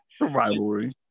rivalry